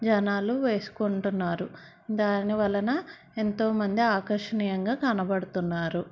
జనాలు వేసుకుంటున్నారు దాని వలన ఎంతోమంది ఆకర్షణీయంగా కనబడుతున్నారు